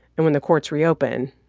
and when the courts reopen,